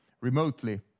remotely